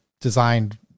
designed